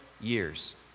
years